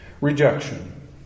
Rejection